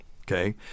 okay